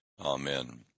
amen